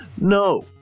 No